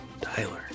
Tyler